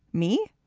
me